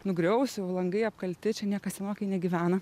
nugriaus jau langai apkalti čia niekas senokai negyvena